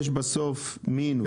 יש בסוף מינוס.